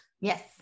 Yes